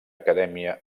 acadèmia